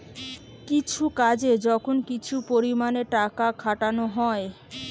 কিছু কাজে যখন কিছু পরিমাণে টাকা খাটানা হয়